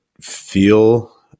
feel